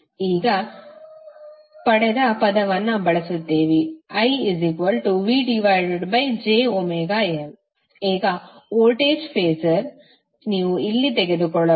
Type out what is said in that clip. ನಾವು ಈಗ ಪಡೆದ ಪದವನ್ನು ಬಳಸುತ್ತೇವೆ IVjωL ಈಗ ವೋಲ್ಟೇಜ್ ಫಾಸರ್ ನೀವು ಇಲ್ಲಿಂದ ತೆಗೆದುಕೊಳ್ಳಬಹುದು